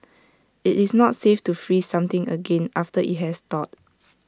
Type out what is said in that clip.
IT is not safe to freeze something again after IT has thawed